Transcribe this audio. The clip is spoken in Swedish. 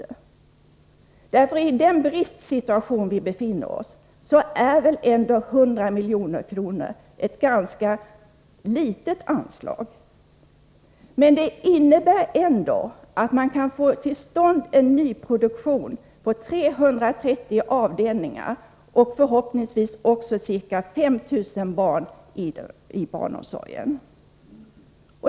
Med tanke på den bristsituation vi befinner oss i är 100 milj.kr. ett ganska litet anslag, men det innebär ändå att man kan få till stånd en nyproduktion på 330 avdelningar och förhoppningsvis få plats för ytterligare ca 5 000 barn i barnomsorgen.